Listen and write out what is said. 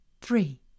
three